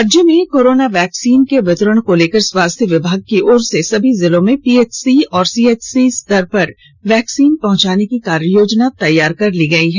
राज्य में corona vaccine के वितरण को लेकर स्वास्थ्य विभाग की ओर से सभी जिलों में पीएचसी और सीएचसी स्तर पर वैक्सीन पहंचाने की कार्ययोजना तैयार कर ली गयी है